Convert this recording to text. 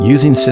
Using